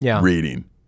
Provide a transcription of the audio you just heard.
reading